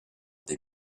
des